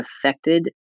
affected